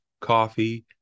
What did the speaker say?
coffee